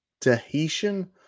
Tahitian